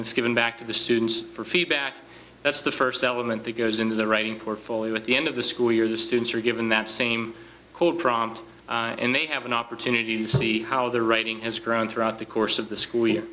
it's given back to the students for feedback that's the first element that goes into the writing portfolio at the end of the school year the students are given that same cold prompt and they have an opportunity to see how their rating has grown throughout the course of the school year